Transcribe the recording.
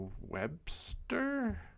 Webster